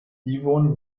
yvonne